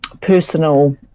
personal